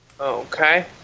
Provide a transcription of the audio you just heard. okay